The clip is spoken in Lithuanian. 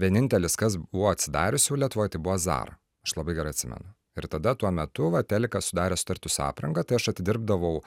vienintelis kas buvo atsidariusių lietuvoj tai buvo zara aš labai gerai atsimenu ir tada tuo metu va telikas sudarė sutartį su apranga tai aš atidirbdavau